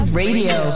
radio